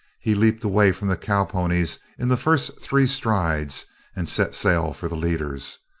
he leaped away from the cowponies in the first three strides and set sail for the leaders.